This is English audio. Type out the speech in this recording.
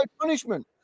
punishment